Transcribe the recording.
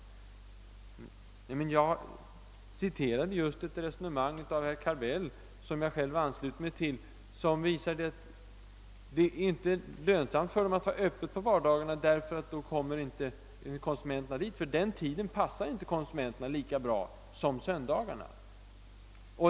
På den punkten citerade jag just ett resonemang av herr Carbell, ett resonemang som jag själv ansluter mig till och som gick ut på att det inte är lönsamt för dessa affärsinnehavare att ha öppet på vardagarna därför att då kommer inte konsumenterna dit; den tiden passar inte konsumenterna lika bra som söndagarna.